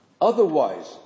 Otherwise